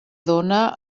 dóna